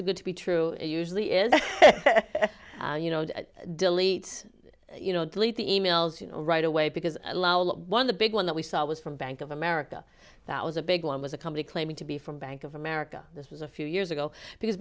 too good to be true it usually is you know delete you know delete the e mails you know right away because allow look one of the big one that we saw was from bank of america that was a big one was a company claiming to be from bank of america this was a few years ago because